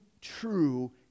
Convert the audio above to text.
true